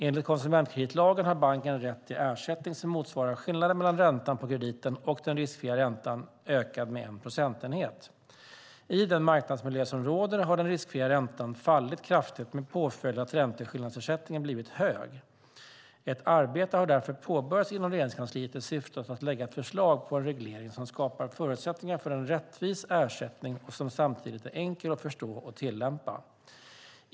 Enligt konsumentkreditlagen har banken rätt till ersättning som motsvarar skillnaden mellan räntan på krediten och den riskfria räntan ökad med en procentenhet. I den marknadsmiljö som råder har den riskfria räntan fallit kraftigt med påföljd att ränteskillnadsersättningen blivit hög. Ett arbete har därför påbörjats inom Regeringskansliet i syfte att lägga fram ett förslag på en reglering som skapar förutsättningar för en rättvis ersättning som samtidigt är enkel att förstå och tillämpa.